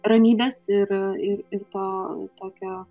ramybės ir ir to tokio